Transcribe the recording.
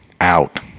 out